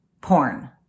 porn